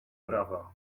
prawa